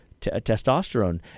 testosterone